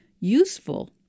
useful